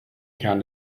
kern